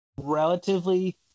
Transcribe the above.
relatively